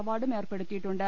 അവാർഡും ഏർപ്പെടുത്തിയിട്ടുണ്ട്